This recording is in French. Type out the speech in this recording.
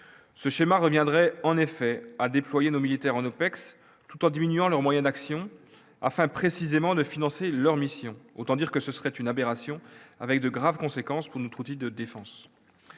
ce schéma reviendrait en effet à déployer nos militaires en OPEX, tout en diminuant leurs moyens d'action afin précisément de financer leur mission, autant dire que ce serait une aberration avec de graves conséquences pour notre outil de défense